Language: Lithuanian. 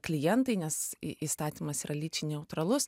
klientai nes įstatymas yra lyčiai neutralus